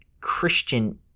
Christian